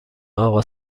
اقا